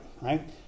right